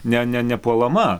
ne ne nepuolama